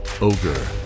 Ogre